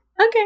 okay